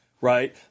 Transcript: right